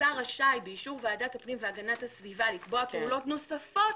השר רשאי באישור ועדת הפנים והגנת הסביבה לקבוע פעולות נוספות,